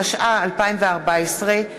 התשע"ה 2014,